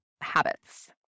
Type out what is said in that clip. habits